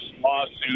lawsuit